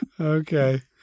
Okay